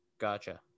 Gotcha